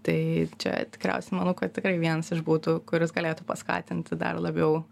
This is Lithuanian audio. taai čia tikriausiai manau kad tikrai vienas iš būdų kuris galėtų paskatinti dar labiau